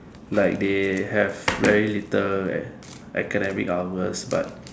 like they have very little academic hours but